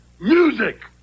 Music